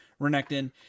Renekton